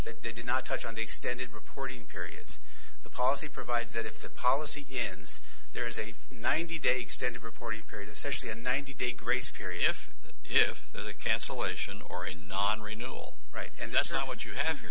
it did not touch on the extended reporting periods the policy provides that if the policy ends there is a ninety day extended reporting period especially a ninety day grace period if if there's a cancellation or a nonrenewable right and that's not what you have your